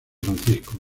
francisco